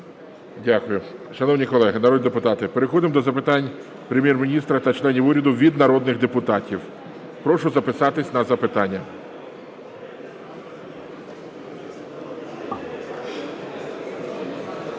Дякую. Шановні колеги народні депутати, переходимо до запитань Прем’єр-міністру та членам уряду від народних депутатів. Прошу записатися на запитання.